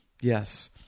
Yes